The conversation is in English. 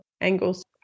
angles